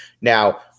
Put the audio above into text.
Now